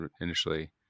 initially